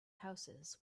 houses